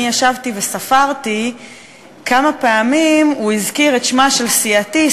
אני ישבתי וספרתי כמה פעמים הוא הזכיר את שמה של סיעתי,